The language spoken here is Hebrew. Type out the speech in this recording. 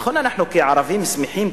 נכון שאנחנו כערבים שמחים,